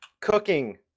cooking